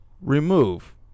remove